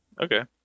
Okay